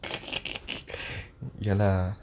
ya lah